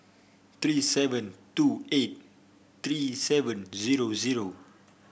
three seven two eight three seven zero zero